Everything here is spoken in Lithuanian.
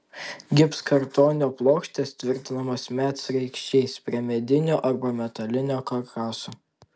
gipskartonio plokštės tvirtinamos medsraigčiais prie medinio arba metalinio karkaso